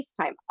FaceTime